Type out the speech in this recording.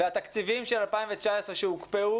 התקציבים שהוקפאו